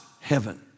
heaven